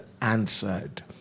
answered